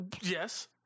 Yes